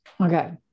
Okay